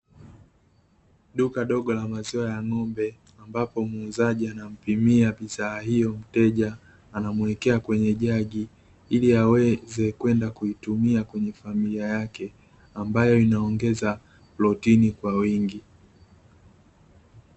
Duka dogo la maziwa ya ng'ombe, ambapo muuzaji anampimia bidhaa hiyo mteja, anamuwekea kwenye jagi, ili aweze kwenda kuitumia kwenye familia yake; ambayo inaongeza protini kwa wingi.